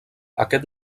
aquest